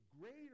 greater